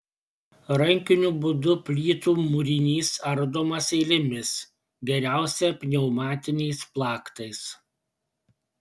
rankiniu būdu plytų mūrinys ardomas eilėmis geriausia pneumatiniais plaktais